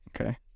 okay